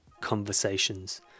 conversations